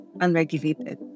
unregulated